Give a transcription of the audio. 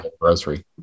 grocery